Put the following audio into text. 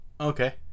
Okay